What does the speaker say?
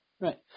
Right